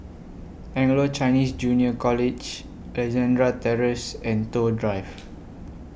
Anglo Chinese Junior College Alexandra Terrace and Toh Drive